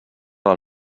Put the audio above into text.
del